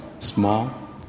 small